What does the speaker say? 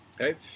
Okay